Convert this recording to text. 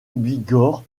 bigorre